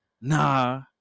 Nah